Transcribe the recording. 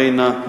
ריינה,